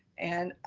and,